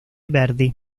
verdi